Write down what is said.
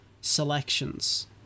selections